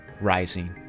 rising